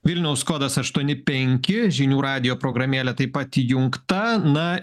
vilniaus kodas aštuoni penki žinių radijo programėlė taip pat įjungta na